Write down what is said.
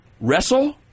wrestle